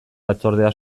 batzordea